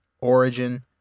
origin